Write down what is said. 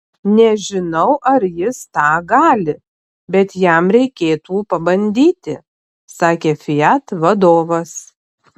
nežinau ar jis tą gali bet jam reikėtų pabandyti sakė fiat vadovas